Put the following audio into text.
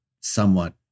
somewhat